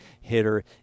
hitter